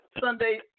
Sunday